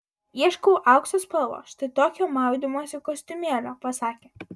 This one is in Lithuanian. ieškau aukso spalvos štai tokio maudymosi kostiumėlio pasakė